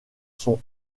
sont